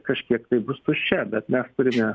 kažkiek tai bus tuščia bet mes turime